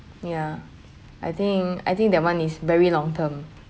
ya I think I think that one is very long-term